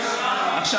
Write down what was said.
לא, אתה